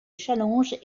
challenge